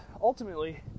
ultimately